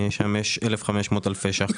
שם יש 1,500 אלפי ₪.